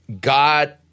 God